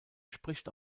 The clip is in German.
spricht